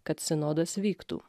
kad sinodas vyktų